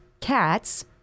cats